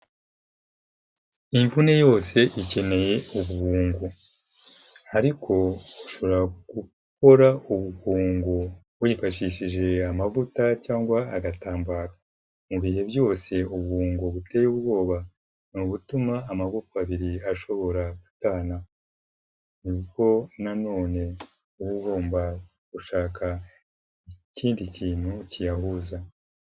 Imvune yose ikeneye ubwungo. Ariko ushobora gukora ubwungo wifashishije amavuta cyangwa agatambaro ibihe byose. Ubwungo buteye ubwoba ni ugutuma amagufwa abiri ashobora gutana. Ni bwo na none uba ugomba gushaka ikindi kintu kiyahuza.